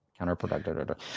counterproductive